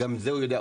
גם זה הוא יודע.